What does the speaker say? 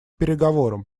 переговорам